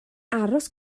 aros